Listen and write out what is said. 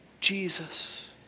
Jesus